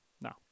No